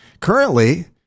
Currently